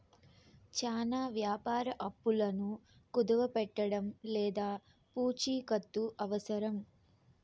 చానా వ్యాపార అప్పులను కుదవపెట్టడం లేదా పూచికత్తు అవసరం